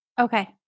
okay